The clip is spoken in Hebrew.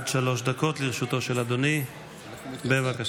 עד שלוש דקות לרשותו של אדוני, בבקשה.